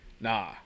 nah